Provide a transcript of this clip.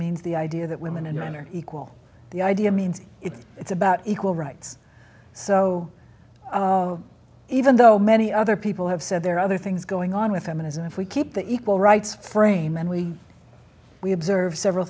means the idea that women and men are equal the idea means it's it's about equal rights so even though many other people have said there are other things going on with them as if we keep the equal rights for a man we we observe several